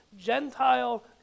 Gentile